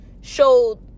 showed